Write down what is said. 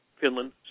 Finland